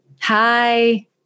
Hi